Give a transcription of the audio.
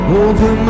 over